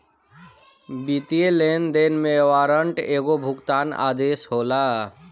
वित्तीय लेनदेन में वारंट एगो भुगतान आदेश होला